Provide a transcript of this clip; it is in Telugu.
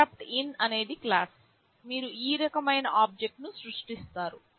ఇంటరప్ట్ఇన్ అనేది క్లాస్ మీరు ఈ రకమైన ఆబ్జెక్ట్ ను సృష్టిస్తారు